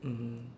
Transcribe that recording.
mmhmm